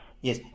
Yes